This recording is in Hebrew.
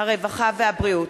הרווחה והבריאות,